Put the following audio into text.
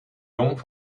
jong